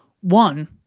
one